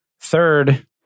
Third